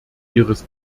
ihres